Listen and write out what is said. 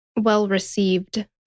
well-received